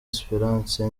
espérance